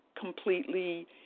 completely